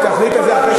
היא תחליט את זה אחרי,